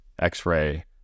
x-ray